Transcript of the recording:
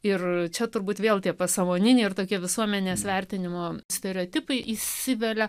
ir čia turbūt vėl tie pasąmoningi ir tokie visuomenės vertinimo stereotipai įsivelia